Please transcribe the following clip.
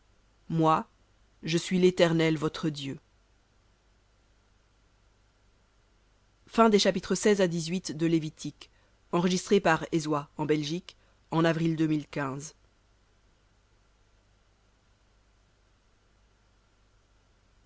moi je suis l'éternel votre dieu